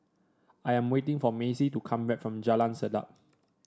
I am waiting for Macey to come back from Jalan Sedap